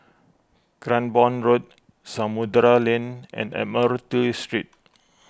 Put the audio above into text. Cranborne Road Samudera Lane and Admiralty Street